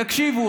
יקשיבו.